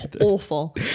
awful